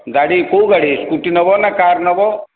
ଗାଡି କେଉଁ ଗାଡି ସ୍କୁଟି ନେବ ନା କାର୍ ନେବ